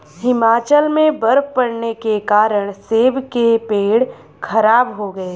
हिमाचल में बर्फ़ पड़ने के कारण सेब के पेड़ खराब हो गए